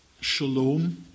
shalom